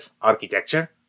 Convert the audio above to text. architecture